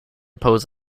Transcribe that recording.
pose